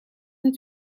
het